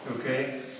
Okay